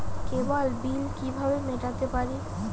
কেবল bill কিভাবে মেটাতে পারি?